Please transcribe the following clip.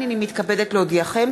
הנני מתכבדת להודיעכם,